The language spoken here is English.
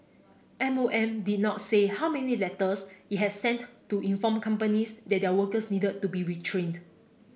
M O M did not say how many letters it had sent to inform companies that their workers needed to be retrained